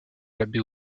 l’abbé